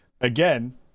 Again